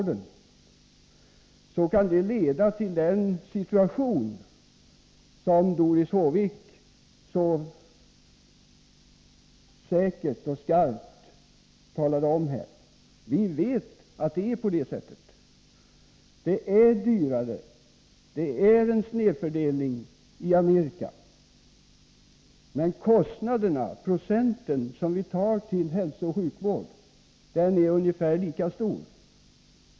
Det kan leda till den situation som Doris Håvik så skarpt och säkert skildrade. Vi vet att det är dyrare och att det är en snedfördelning i Amerika, men den procentuella andel som går till hälsooch sjukvården är ungefär lika stor.